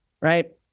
right